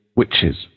witches